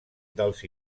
dels